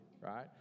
right